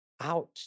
out